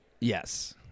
yes